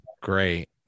great